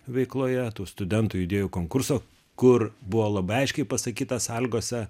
veikloje tų studentų idėjų konkurse kur buvo labai aiškiai pasakyta sąlygose